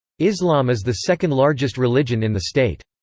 islam is the second largest religion in the state.